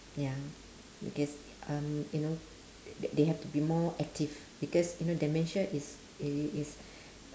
ya because um you know th~ they have to be more active because you know dementia is it is is